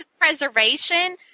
preservation